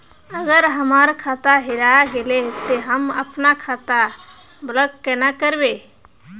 अगर हमर खाता हेरा गेले ते हम अपन खाता ब्लॉक केना करबे?